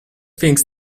things